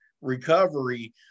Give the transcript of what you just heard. recovery